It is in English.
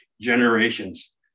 generations